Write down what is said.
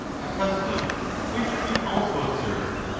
a custom which we also observe.